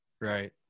right